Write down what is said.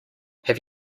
have